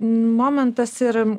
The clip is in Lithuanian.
momentas ir